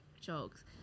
jokes